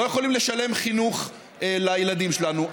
לא יכולים לשלם חינוך לילדים שלנו,